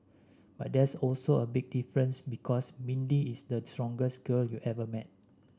but there's also a big difference because Mindy is the strongest girl you ever met